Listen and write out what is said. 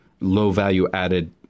low-value-added